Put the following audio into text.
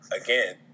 again